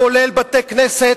כולל בתי-כנסת,